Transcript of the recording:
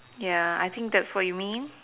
ya I think that's what you mean